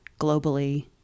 globally